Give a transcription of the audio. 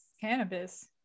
cannabis